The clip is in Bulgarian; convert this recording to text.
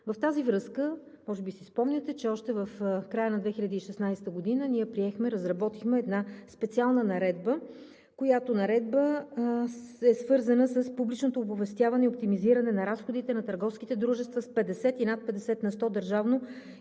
В тази връзка може би си спомняте, че още в края на 2016 г. ние приехме и разработихме една специална наредба, която наредба е свързана с публичното оповестяване и оптимизиране на разходите на търговските дружества с 50 и над 50 на сто държавно